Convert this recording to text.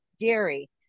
Gary